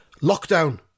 Lockdown